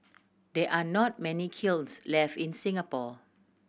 there are not many kilns left in Singapore